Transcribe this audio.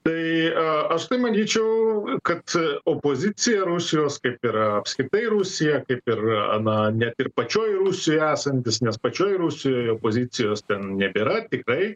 tai a aš tai manyčiau kad opozicija rusijos kaip ir apskritai rusija kaip ir na net ir pačioj rusijoj esantis nes pačioj rusijoj opozicijos ten nebėra tikrai